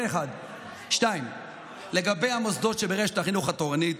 זה, 1. 2. לגבי המוסדות שברשת החינוך התורנית,